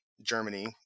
Germany